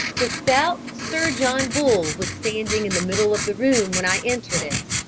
the stout sir john bull was standing in the middle of the room when i entered it,